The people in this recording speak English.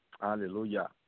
Hallelujah